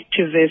activists